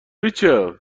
ریچل